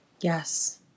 Yes